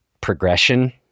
progression